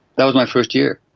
that was my first year.